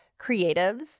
Creatives